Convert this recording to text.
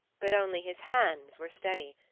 but only his hands were steady,